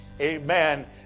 Amen